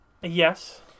Yes